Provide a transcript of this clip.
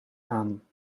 aan